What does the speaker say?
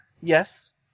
Yes